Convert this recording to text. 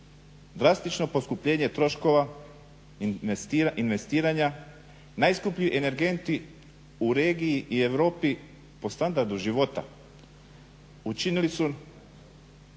drastično poskupljenje troškova investiranja, najskuplji energenti u regiji i Europi po standardu života učinili su